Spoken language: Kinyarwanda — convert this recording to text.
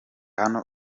hano